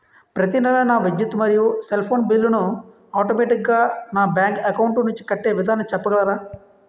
ప్రతి నెల నా విద్యుత్ మరియు సెల్ ఫోన్ బిల్లు ను ఆటోమేటిక్ గా నా బ్యాంక్ అకౌంట్ నుంచి కట్టే విధానం చెప్పగలరా?